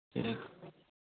ठीक